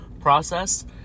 process